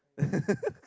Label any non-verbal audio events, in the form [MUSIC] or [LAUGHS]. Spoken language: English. [LAUGHS]